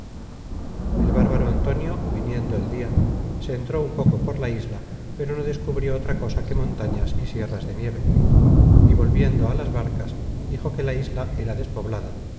el bárbaro antonio viniendo el dia se entró un poco por la isla pero no descubrió otra cosa que montañas y sierras de nieve y volviendo a las barcas dijo que la isla era despoblada